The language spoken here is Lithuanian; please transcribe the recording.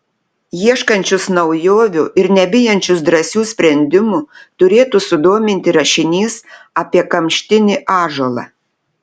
ieškančius naujovių ir nebijančius drąsių sprendimų turėtų sudominti rašinys apie kamštinį ąžuolą